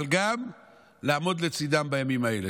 אבל גם לעמוד לצידם בימים האלה.